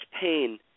pain